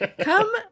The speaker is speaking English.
Come